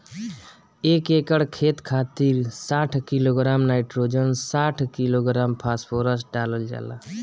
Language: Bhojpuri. एक एकड़ खेत खातिर साठ किलोग्राम नाइट्रोजन साठ किलोग्राम फास्फोरस डालल जाला?